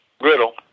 griddle